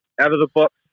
out-of-the-box